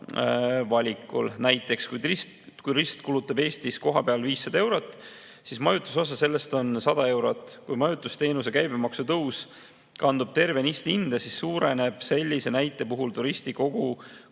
valikul. Näiteks kui turist kulutab Eestis kohapeal 500 eurot, siis majutuse osa sellest on 100 eurot. Kui majutusteenuse käibemaksu tõus kandub tervenisti hinda, siis suureneb sellise näite puhul turisti kogukulu